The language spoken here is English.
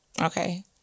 okay